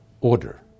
order